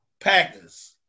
Packers